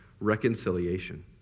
reconciliation